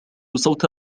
صوت